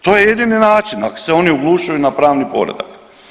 To je jedini način ako se oni oglušuju na pravni poredak.